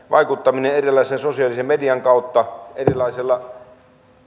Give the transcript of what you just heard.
vaikuttaminen erilaisen sosiaalisen median kautta erilaisilla